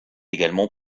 également